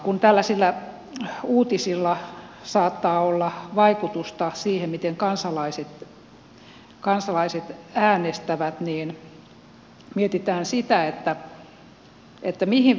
kun tällaisilla uutisilla saattaa olla vaikutusta siihen miten kansalaiset äänestävät niin mietitäänpä sitä mihin verrataan